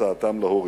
בהוצאתם להורג.